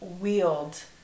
wield